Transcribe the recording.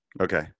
Okay